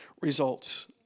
results